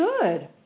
good